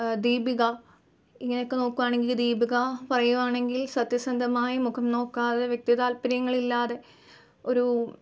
ദീപിക ഇങ്ങനെയൊക്കെ നോക്കുകയാണങ്കിൽ ദീപിക പറയുകയാണങ്കിൽ സത്യസന്ധമായി മുഖം നോക്കാതെ വ്യക്തി താൽപ്പര്യങ്ങളില്ലാതെ ഒരൂ